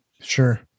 Sure